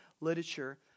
literature